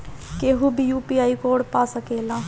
केहू भी UPI code पा सकेला?